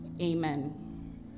Amen